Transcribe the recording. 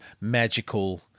magical